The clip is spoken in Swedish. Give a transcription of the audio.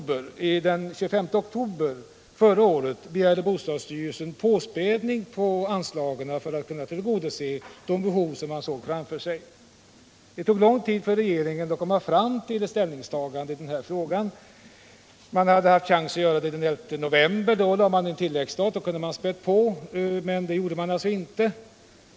Redan den 25 oktober förra året begärde bostadsstyrelsen påspädning på anslagen för att kunna tillgodose de behov man såg framför sig. Det tog emellertid lång tid för regeringen att komma fram till ett ställningstagande i frågan. Man hade chansen att späda på den 11 november —- då förslag om tilläggsstat lades fram. Men den chansen tog man alltså inte.